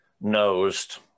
nosed